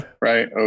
right